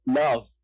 love